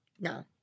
No